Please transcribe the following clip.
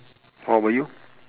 what about you